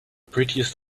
prettiest